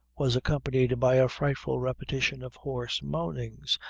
was accompanied by a frightful repetition of hoarse moanings,